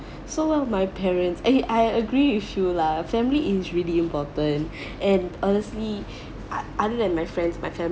so one of my parents eh I agree with you lah family is really important and honestly ot~ other than my friends my family